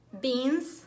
beans